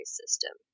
system